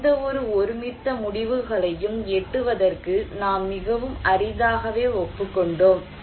எந்தவொரு ஒருமித்த முடிவுகளையும் எட்டுவதற்கு நாம் மிகவும் அரிதாகவே ஒப்புக் கொண்டோம்